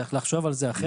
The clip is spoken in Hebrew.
צריך לחשוב על זה אחרת.